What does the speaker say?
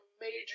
major